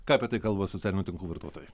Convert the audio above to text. ką apie tai kalba socialinių tinklų vartotojai